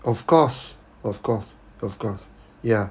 of course of course of course ya